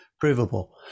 provable